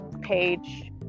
page